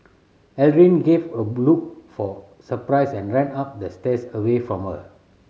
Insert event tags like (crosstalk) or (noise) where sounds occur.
Aldrin gave a (unintelligible) of surprise and ran up the stairs away from her